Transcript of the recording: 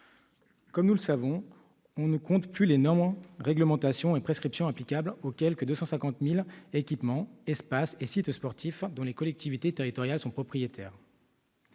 Comme nous le savons, on ne compte plus les normes, réglementations et prescriptions applicables aux quelque 250 000 équipements, espaces et sites sportifs dont les collectivités territoriales sont propriétaires.